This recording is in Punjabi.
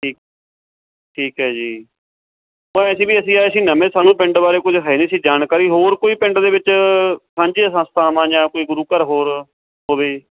ਠੀਕ ਠੀਕ ਹੈ ਜੀ ਅਸੀਂ ਵੀ ਅਸੀਂ ਆਏ ਸੀ ਨਵੇਂ ਸਾਨੂੰ ਪਿੰਡ ਬਾਰੇ ਕੁਝ ਹੈ ਨਹੀਂ ਸੀ ਜਾਣਕਾਰੀ ਹੋਰ ਕੋਈ ਪਿੰਡ ਦੇ ਵਿੱਚ ਸਾਂਝੀਆਂ ਸੰਸਥਾਵਾਂ ਜਾਂ ਕੋਈ ਗੁਰੂ ਘਰ ਹੋਰ ਹੋਵੇ